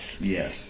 Yes